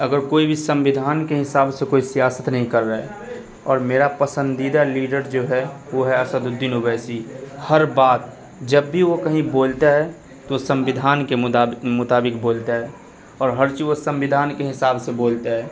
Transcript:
اگر کوئی بھی سمویدھان کے حساب سے کوئی سیاست نہیں کر رہے ہیں اور میرا پسندیدہ لیڈر جو ہے وہ اسد الدین اویسی ہر بات جب بھی وہ کہیں بولتا ہے تو سمویدھان کے مطابق بولتا ہے اور ہر چیز وہ سمویدھان کے حساب سے بولتا ہے